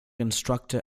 instructor